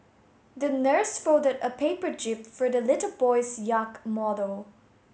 the nurse folded a paper jib for the little boy's yacht model